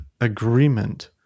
agreement